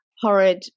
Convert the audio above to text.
horrid